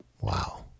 Wow